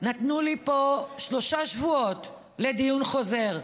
נתנו לי פה שלושה שבועות לדיון חוזר,